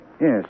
Yes